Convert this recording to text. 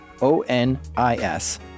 O-N-I-S